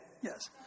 yes